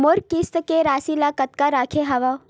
मोर किस्त के राशि ल कतका रखे हाव?